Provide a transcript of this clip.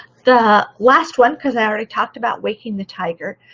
the last one because i already talked about waking the tiger,